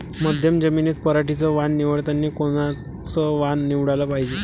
मध्यम जमीनीत पराटीचं वान निवडतानी कोनचं वान निवडाले पायजे?